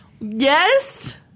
yes